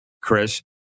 Chris